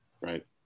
right